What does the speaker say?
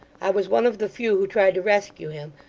i was one of the few who tried to rescue him,